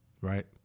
Right